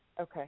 Okay